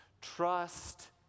trust